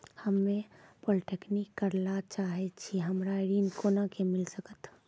हम्मे पॉलीटेक्निक करे ला चाहे छी हमरा ऋण कोना के मिल सकत?